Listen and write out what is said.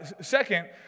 Second